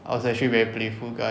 I was actually very playful guy